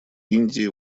индии